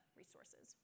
resources